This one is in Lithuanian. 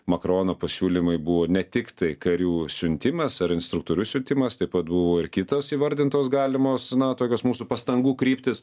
makrono pasiūlymai buvo ne tiktai karių siuntimas ar instruktorių siuntimas taip pat buvo ir kitos įvardintos galimos na tokios mūsų pastangų kryptys